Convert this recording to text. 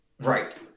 Right